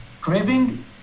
Craving